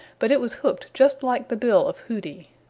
but it was hooked just like the bill of hooty.